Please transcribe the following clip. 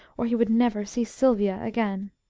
or he would never see sylvia again.